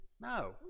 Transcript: No